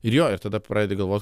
ir jo ir tada pradedi galvot